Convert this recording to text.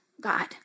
God